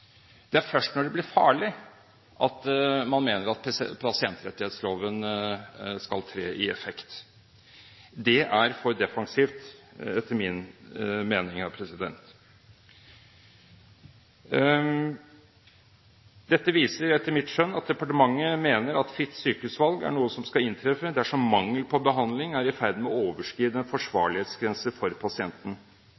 ha effekt først når det blir farlig. Det er etter min mening for defensivt. Dette viser etter mitt skjønn at departementet mener at ordningen med fritt sykehusvalg er noe som skal inntreffe dersom mangel på behandling er i ferd med å overskride en